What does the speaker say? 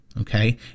okay